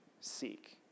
seek